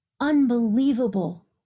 unbelievable